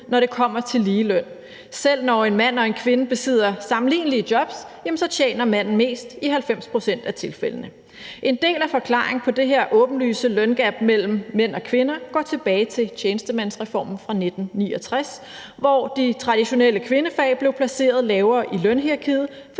når det kommer til ligeløn. Selv når en mand og en kvinde besidder sammenlignelige jobs, tjener manden mest i 90 pct. af tilfældene. En del af forklaringen på det her åbenlyse løngab mellem mænd og kvinder går tilbage til tjenestemandsreformen fra 1969, hvor de traditionelle kvindefag blev placeret lavere i lønhierarkiet,